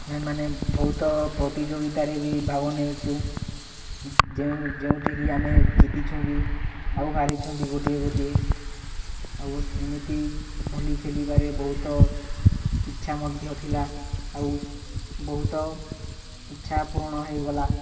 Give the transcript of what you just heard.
ଆମେମାନେ ବହୁତ ପ୍ରତିଯୋଗିତାରେ ବି ଭାଗ ନେଇଛୁ ଯେଉଁ ଯେଉଁଠି କି ଆମେ ଜିତିଛୁ ବି ଆଉ ହାରିଛୁୁ ବି ଗୋଟିଏ ଗୋଟିଏ ଆଉ ଏମିତି ଭଲି ଖେଲିବାରେ ବହୁତ ଇଚ୍ଛା ମଧ୍ୟ ଥିଲା ଆଉ ବହୁତ ଇଚ୍ଛା ପୂରଣ ହୋଇଗଲା